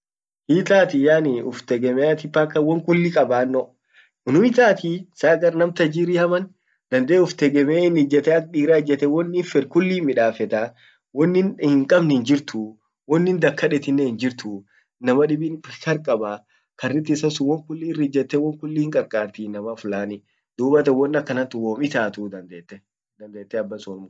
hiitati yaani dufte uftegemeatin paka won kulli banno won kulli qabannon unum itatii? Saa agar nam tajiri haman dande uf tegemmee ak dira ijete won inin fed kulli midafetaa woni in hinkabn hinjirtuu, wonin dag kadet hinjirtuu inama dibbin kar kabaa karit isan sun won kulli ir ijjete hinqarqari inama fulanii dubatan won akanantunwom itatuu dandete dandete abasun unumqarqarti.